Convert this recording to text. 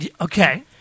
Okay